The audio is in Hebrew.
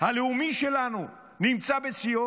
הלאומי שלנו נמצא בשיאו?